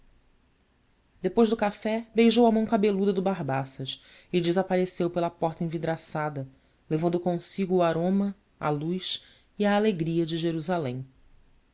depois do café beijou a mão cabeluda do barbaças e desapareceu pela porta envidraçada levando consigo o aroma a luz e a alegria de jerusalém